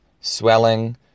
swelling